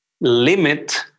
limit